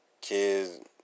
kids